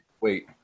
Wait